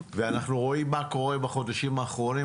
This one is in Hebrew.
אנחנו רואים מה קורה בחודשים האחרונים,